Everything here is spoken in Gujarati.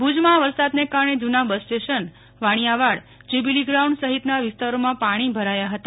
ભુજમાં વરસાદને કારણે જુના bus station Vaniyavad jubilee ground સહિતના વિસ્તારોમાં પાણી ભરાયા હતા